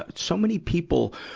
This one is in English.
ah so many people,